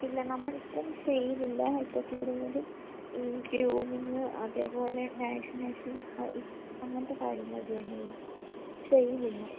ഇല്ല നമ്മളിപ്പോള് സെയിലില്ല ഇപ്പോള് കൂടുതലും ഈ ഗ്രൂമിങ് അതേപോലെ വാക്സിനേഷന് അങ്ങനത്തെ കാര്യങ്ങളാണു ചെയ്യുന്നുള്ളു സെയിലില്ല